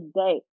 day